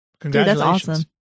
Congratulations